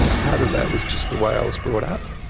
part of that was just the way i was brought up.